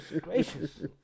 gracious